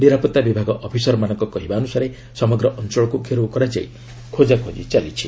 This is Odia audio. ନିରାପତ୍ତା ବିଭାଗ ଅଫିସରମାନଙ୍କ କହିବା ଅନୁସାରେ ସମଗ୍ର ଅଞ୍ଚଳକୁ ଘେରାଉ କରାଯାଇ ଖୋଜାଖୋଜି ଚାଲିଛି